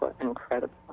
incredible